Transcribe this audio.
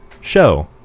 Show